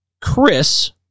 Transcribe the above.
Chris